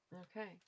Okay